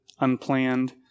unplanned